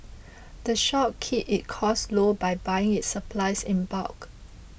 the shop keeps its costs low by buying its supplies in bulk